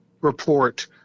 report